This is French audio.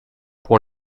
pour